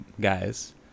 guys